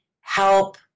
help